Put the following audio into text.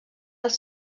els